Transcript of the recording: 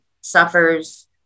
suffers